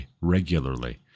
regularly